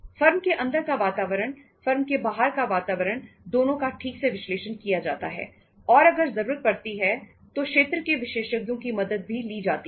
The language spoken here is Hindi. फर्म के अंदर का वातावरण फर्म के बाहर का वातावरण दोनों का ठीक से विश्लेषण किया जाता है और अगर जरूरत पड़ती है तो क्षेत्र के विशेषज्ञों की मदद भी ली जाती है